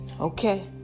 okay